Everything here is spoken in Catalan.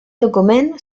document